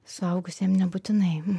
suaugusiem nebūtinai